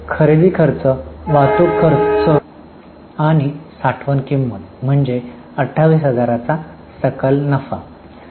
तर खरेदी खर्च वाहतूक खर्च आणि साठवण किंमत म्हणजे 28000 चा सकल नफा